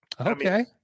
Okay